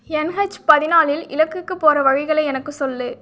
NH பதினாலில் இலக்குக்குப் போகிற வழிகளை எனக்கு சொல்